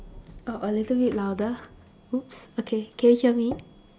oh a little bit louder !oops! okay can you hear me